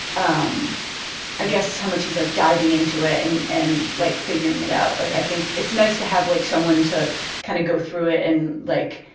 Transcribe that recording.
um i guess, how much he's like diving into it and and like figuring it out. like i think it's nice to have like someone to kind of go through it and like,